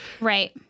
Right